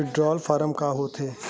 withdrawal form का होथेय